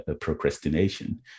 procrastination